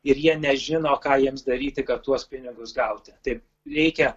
ir jie nežino ką jiems daryti kad tuos pinigus gauti tai reikia